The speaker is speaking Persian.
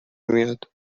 میاد